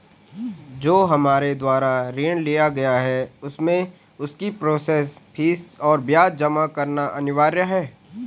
जो हमारे द्वारा ऋण लिया गया है उसमें उसकी प्रोसेस फीस और ब्याज जमा करना अनिवार्य है?